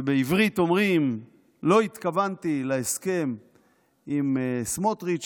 ובעברית אומרים "לא התכוונתי להסכם עם סמוטריץ',